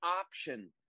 option